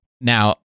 Now